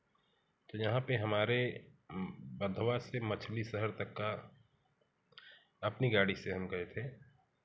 तो जहाँ पर हमारे बंधवा से मछली शहर तक का अपनी गाड़ी से हम गए थे